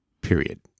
period